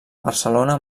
barcelona